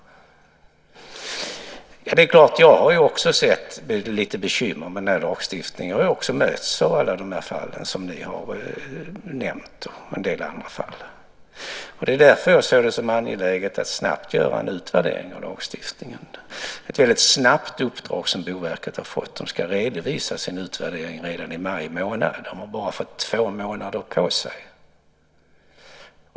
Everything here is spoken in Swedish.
Det är klart att jag också har sett lite bekymmer med den här lagstiftningen. Jag har också mötts av alla de fall som ni har nämnt och en del andra fall. Det är därför jag ser det som angeläget att snabbt göra en utvärdering av lagstiftningen. Det är ett uppdrag som Boverket har fått att utföra väldigt snabbt. De ska redovisa sin utvärdering redan i maj månad. De har bara fått två månader på sig.